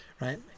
right